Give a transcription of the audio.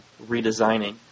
redesigning